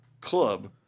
club